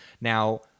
Now